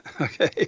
okay